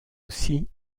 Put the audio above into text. aussi